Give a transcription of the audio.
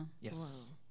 Yes